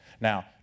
now